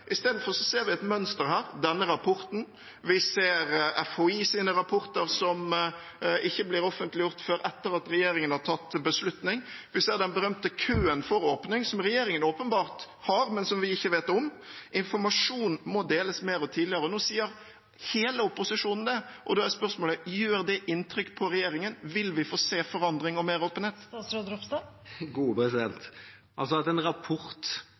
Istedenfor ser vi et mønster her. Vi ser denne rapporten, vi ser FHIs rapporter, som ikke blir offentliggjort før etter at regjeringen har tatt beslutning. Vi ser den berømte køen for åpning som regjeringen åpenbart har, men som vi ikke vet om. Informasjon må deles mer og tidligere. Nå sier hele opposisjonen det, og da er spørsmålet: Gjør det inntrykk på regjeringen? Vil vi få se forandring og mer åpenhet?